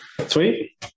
sweet